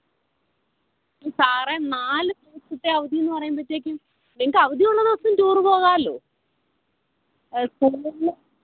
സാറെ നാല് ദിവസത്തെ അവധീന്ന് പറയുമ്പോഴത്തേക്കും നിങ്ങൾക്കവധിയുള്ള ദിവസം ടൂറ് പോകാമല്ലോ